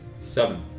seven